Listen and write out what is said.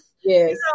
yes